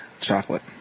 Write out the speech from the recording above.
Chocolate